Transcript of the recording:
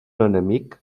enemic